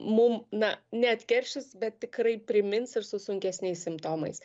mum na ne atkeršys bet tikrai primins ir su sunkesniais simptomais